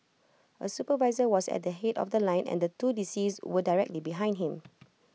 A supervisor was at the Head of The Line and two deceased were directly behind him